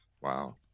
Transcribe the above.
Wow